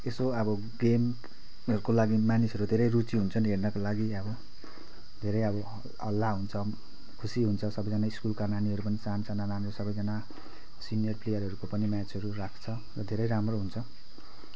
यसो अब गेमहरूको लागि मानिसहरू धेरै रुचि हुन्छन् हेर्नका लागि अब धेरै अब हल्ला हुन्छ खुसी हुन्छ सबैजना सकुलका नानीहरू पनि साणा साना नानीहरू सबैजना सिनियर प्लेयरहरूको पनि म्याचहरू राख्छ र धेरै राम्रो हुन्छ